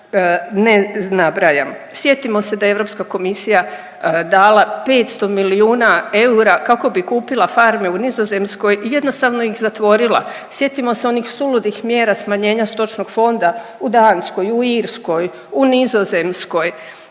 ne nabrajam. Sjetimo se da je Europska komisija dala 500 milijuna eura kako bi kupila farme u Nizozemskoj jednostavno ih zatvorila, sjetimo se oni suludih mjera smanjenja stočnog fonda u Danskoj, u Irskoj, u Nizozemskoj.